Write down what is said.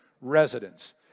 residents